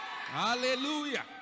hallelujah